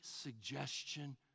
suggestion